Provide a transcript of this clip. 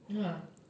ya